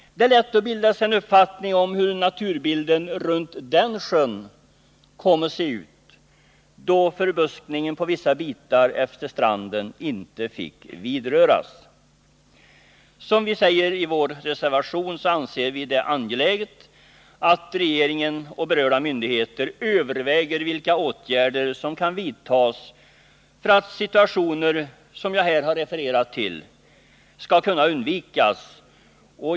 Det är lätt att bilda sig en uppfattning om hur naturbilden runt den sjön kom att se ut, då förbuskningen på vissa bitar efter stranden inte fick vidröras. Som vi säger i vår reservation anser vi det angeläget att regeringen och berörda myndigheter överväger vilka åtgärder som kan vidtas för att situationer som den jag här har refererat till skall kunna undvikas.